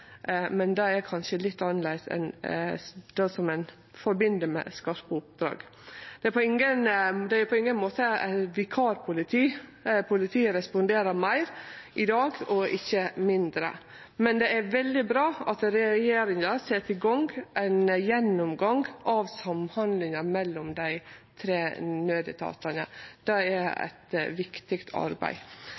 men det er kanskje litt annleis enn det ein assosierer med skarpe oppdrag. Dei er på ingen måte eit vikarpoliti. Politiet responderer meir i dag, ikkje mindre. Men det er veldig bra at regjeringa set i gong ein gjennomgang av samhandlinga mellom dei tre naudetatane. Det er eit viktig arbeid.